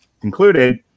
concluded